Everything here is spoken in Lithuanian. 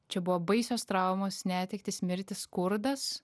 čia buvo baisios traumos netektys mirtys skurdas